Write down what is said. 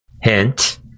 hint